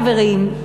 חברים,